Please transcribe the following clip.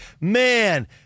man